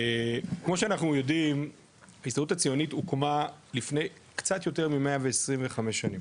כמו שאנחנו יודעים ההסתדרות הציונית הוקמה לפני קצת יותר מ- 125 שנים,